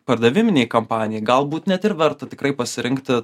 pardaviminei kampanijai galbūt net ir verta tikrai pasirinkti